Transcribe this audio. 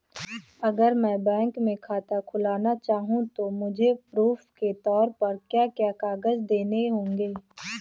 अगर मैं बैंक में खाता खुलाना चाहूं तो मुझे प्रूफ़ के तौर पर क्या क्या कागज़ देने होंगे?